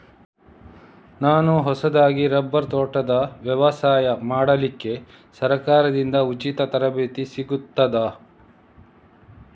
ನಾನು ಹೊಸದಾಗಿ ರಬ್ಬರ್ ತೋಟದ ವ್ಯವಸಾಯ ಮಾಡಲಿಕ್ಕೆ ಸರಕಾರದಿಂದ ಉಚಿತ ತರಬೇತಿ ಸಿಗುತ್ತದಾ?